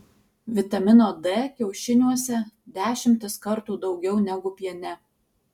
vitamino d kiaušiniuose dešimtis kartų daugiau negu piene